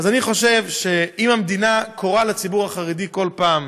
אז אני חושב שאם המדינה קוראת לציבור החרדי כל פעם